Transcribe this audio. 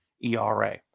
ERA